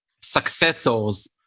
successors